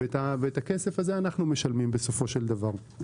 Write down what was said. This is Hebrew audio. ואת הכסף הזה בסופו של דבר אנחנו משלמים.